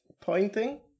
pointing